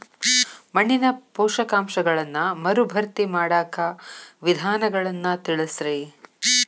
ಮಣ್ಣಿನ ಪೋಷಕಾಂಶಗಳನ್ನ ಮರುಭರ್ತಿ ಮಾಡಾಕ ವಿಧಾನಗಳನ್ನ ತಿಳಸ್ರಿ